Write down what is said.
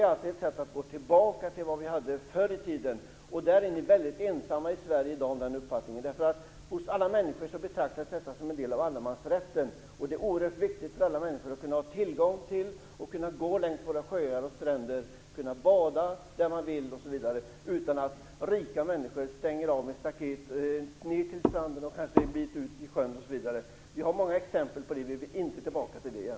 Detta är att gå tillbaka till de förhållanden som rådde förr. Moderaterna är ensamma i Sverige i dag om den här uppfattningen. Människor i Sverige betraktar strandskyddet som en del av allemansrätten. Det är oerhört viktigt att kunna gå längs sjöar och stränder, att kunna bada där man vill, osv. utan att rika människor stänger av vägen ner till stranden med ett staket. Vi har många exempel på det här, och vi vill inte ha det så igen.